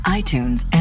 iTunes